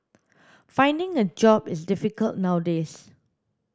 finding a job is difficult nowadays